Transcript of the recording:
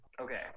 Okay